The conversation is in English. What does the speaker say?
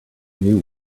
new